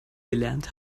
gelernt